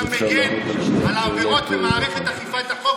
אתה מגן על העבירות במערכת אכיפת החוק.